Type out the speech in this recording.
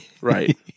Right